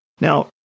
Now